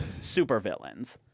Supervillains